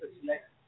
select